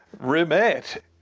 remit